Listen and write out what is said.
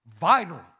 vital